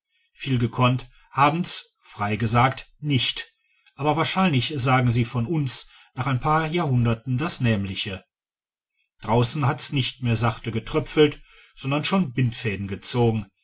viel gekonnt haben's frei gesagt nicht aber wahrscheinlich sagen sie von uns nach ein paar jahrhunderten das nämliche draußen hat es nicht mehr sachte getröpfelt sondern schon bindfaden gezogen